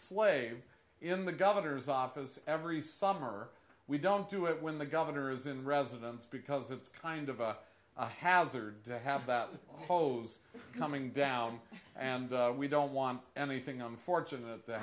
slave in the governor's office every summer we don't do it when the governor is in residence because it's kind of a hazard to have that pose coming down and we don't want anything i'm fortunate that